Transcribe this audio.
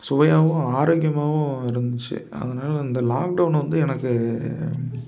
சுவையாகவும் ஆரோக்கியமாகவும் இருந்துச்சு அதனால் இந்த லாக்டவுன் வந்து எனக்கு